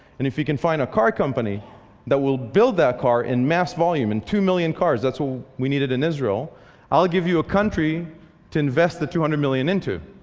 and if you can find a car company that will build that car in mass volume, in two million cars that's what we needed in israel i'll give you ah country to invest the two hundred million into.